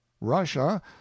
russia